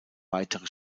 weitere